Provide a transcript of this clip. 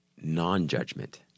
non-judgment